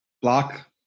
Block